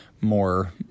more